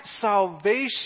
salvation